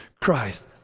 Christ